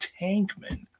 Tankman